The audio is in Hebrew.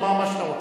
תאמר מה שאתה רוצה.